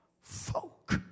folk